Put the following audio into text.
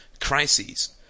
crises